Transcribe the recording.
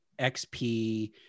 XP